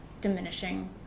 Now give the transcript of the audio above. diminishing